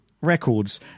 records